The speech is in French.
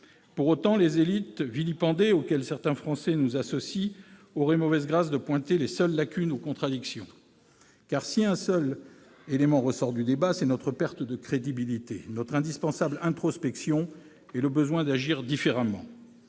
Pour autant, les élites vilipendées, auxquelles certains Français nous associent, auraient mauvaise grâce de pointer les seules lacunes ou contradictions. En effet, si un seul élément ressort du débat, c'est notre perte de crédibilité, notre indispensable introspection et le besoin d'agir différemment.